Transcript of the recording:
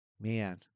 Man